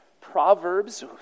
Proverbs